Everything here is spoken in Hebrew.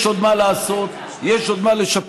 יש עוד מה לעשות, יש עוד מה לשפר.